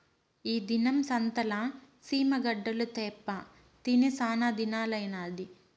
ఈ దినం సంతల సీమ గడ్డలు తేప్పా తిని సానాదినాలైనాది